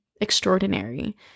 extraordinary